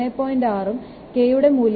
6 ഉം 'k' K യുടെ മൂല്യം 1